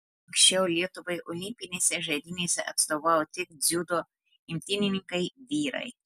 anksčiau lietuvai olimpinėse žaidynėse atstovavo tik dziudo imtynininkai vyrai